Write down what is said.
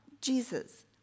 Jesus